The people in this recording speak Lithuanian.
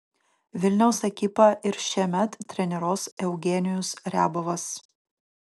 vilniaus ekipą ir šiemet treniruos eugenijus riabovas